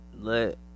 Let